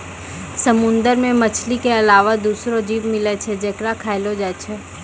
समुंदर मे मछली के अलावा दोसरो जीव मिलै छै जेकरा खयलो जाय छै